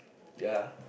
ya